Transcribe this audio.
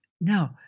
Now